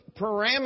parameters